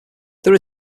there